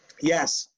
Yes